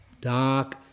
dark